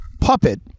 puppet